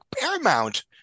Paramount